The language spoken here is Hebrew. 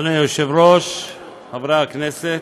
אדוני היושב-ראש, חברי הכנסת,